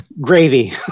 gravy